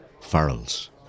Farrells